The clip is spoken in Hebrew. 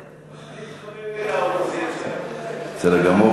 אני, בסדר גמור.